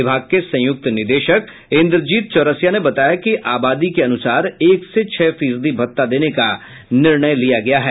विभाग के संयुक्त निदेशक इंद्रजीत चौरसिया ने बताया कि आवादी के अनुसार एक से छह फीसदी भत्ता देने का निर्णय लिया गया है